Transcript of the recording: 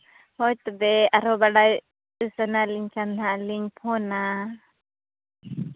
ᱦᱳᱭ ᱛᱚᱵᱮ ᱟᱨᱦᱚᱸ ᱵᱟᱰᱟᱭ ᱥᱟᱱᱟᱞᱤᱧ ᱠᱷᱟᱱ ᱦᱟᱸᱜ ᱞᱤᱧ ᱯᱷᱳᱱᱟ